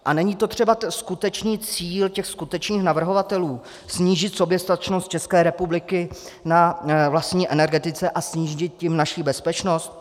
A není to třeba skutečný cíl těch skutečných navrhovatelů snížit soběstačnost České republiky na vlastní energetice a snížit tím naši bezpečnost?